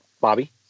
Bobby